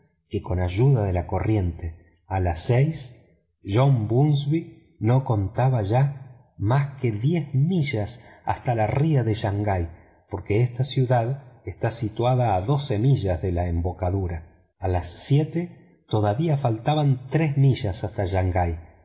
que con ayuda de la corriente a las seis john bunsby no contaba ya más que diez millas hasta la ría de shangai porque esta ciudad esta situada a doce millas de la embocadura a las siete todavía faltaban tres millas hasta shangai de